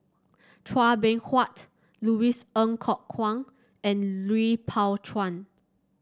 Chua Beng Huat Louis Ng Kok Kwang and Lui Pao Chuen